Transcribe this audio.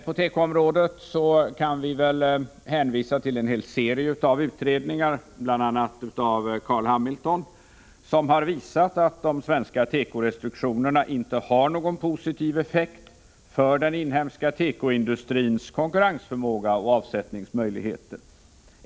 På tekoområdet kan vi hänvisa till en hel serie av utredningar, bl.a. av Carl Hamilton, som har visat att de svenska tekorestriktionerna inte har någon positiv effekt för den inhemska tekoindustrins konkurrensförmåga och avsättningsmöjligheter.